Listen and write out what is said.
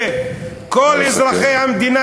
שכל אזרחי המדינה,